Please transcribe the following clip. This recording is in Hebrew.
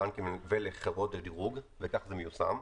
ולחברות הדירוג ונבדקה על ידינו שכך זה מיושם,